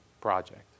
project